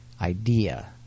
idea